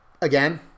again